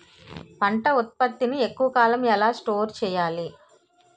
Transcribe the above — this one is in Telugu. పంట ఉత్పత్తి ని ఎక్కువ కాలం ఎలా స్టోర్ చేయాలి?